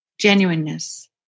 genuineness